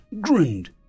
grinned